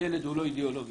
הילד הוא לא אידיאולוגיה.